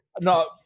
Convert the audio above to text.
no